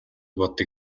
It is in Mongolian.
боддог